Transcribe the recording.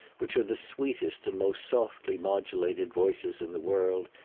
which are the sweetest and most softly modulated voices in the world,